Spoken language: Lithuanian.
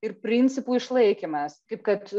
ir principų išlaikymas kaip kad